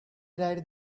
right